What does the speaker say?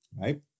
Right